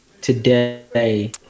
today